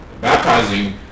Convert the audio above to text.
baptizing